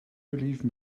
believe